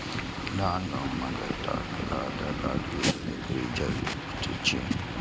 धान, गहूम, मकई, ताड़, केला, अदरक, आदि एकबीजपत्री छियै